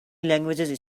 languages